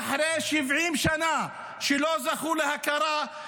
ואחרי 70 שנה שלא זכו להכרה,